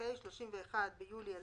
התש"ף (31.ביולי 2020)